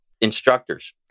instructors